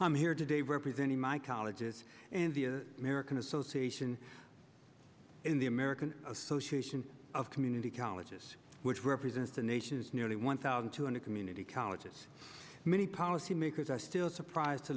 am here today representing my colleges and the american association in the american association of community colleges which represents the nation's nearly one thousand two hundred community colleges many policymakers are still surprised to